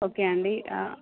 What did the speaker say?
okay అండి